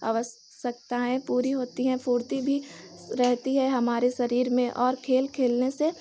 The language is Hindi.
आवश्यकताएं पूरी होती है फुर्ती भी रहती है हमारे शरीर में और खेल खेलने से